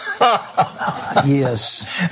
yes